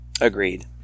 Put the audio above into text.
agreed